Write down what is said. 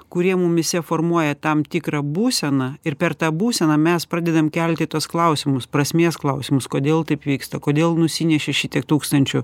kurie mumyse formuoja tam tikrą būseną ir per tą būseną mes pradedam kelti tuos klausimus prasmės klausimus kodėl taip vyksta kodėl nusinešė šitiek tūkstančių